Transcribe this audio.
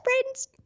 friends